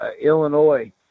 Illinois